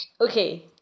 Okay